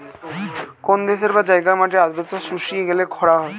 কোন দেশের বা জায়গার মাটির আর্দ্রতা শুষিয়ে গেলে খরা হয়